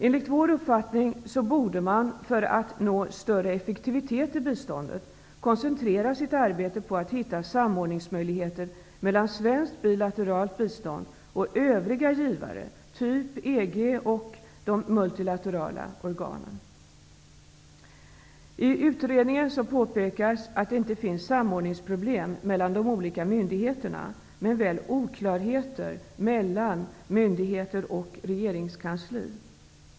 Enligt vår uppfattning borde man för att nå större effektivitet i biståndet koncentrera sitt arbete på att hitta samordningsmöjligheter mellan svenskt bilateralt bistånd och övriga givare, t.ex. EG och de multilaterala organen. I utredningen påpekas att det inte finns samordningsproblem mellan de olika myndigheterna men väl oklarheter mellan myndigheter och regeringskansli.